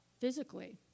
physically